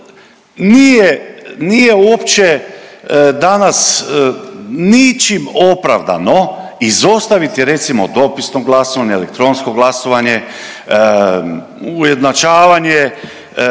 nije uopće danas ničim opravdano izostaviti recimo dopisno glasovanje, elektronsko glasovanje, ujednačavanje